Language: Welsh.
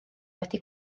wedi